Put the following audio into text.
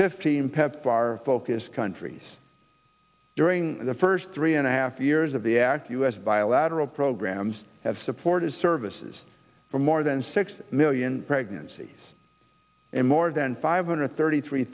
pepfar focused countries during the first three and a half years of the act u s bilateral programs have supported services for more than six million pregnancies and more than five hundred thirty three